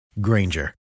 Granger